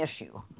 issue